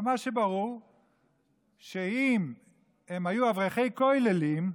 אבל מה שברור זה שאם הם היו אברכי כוללים,